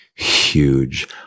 huge